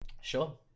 sure